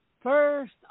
first